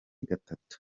gatatu